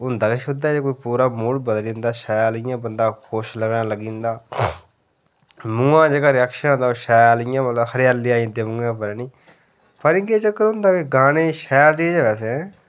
हुंदा गै शुद्ध ऐ जे कोई पूरा मूड बदली जंदा शैल इ'यां बंदा खुश लग्गन लगी जंदा मूंहा दा जेहका रिएक्शन हुंदा ओह् शैल इ'यां मतलब हरेयाली आई जंदी मूंहा पर हैनी पता नीं केह् चक्कर होंदा किश गाने शैल चीज ऐ बैसे ऐ